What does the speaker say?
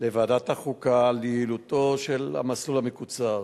לוועדת החוקה על יעילותו של המסלול המקוצר.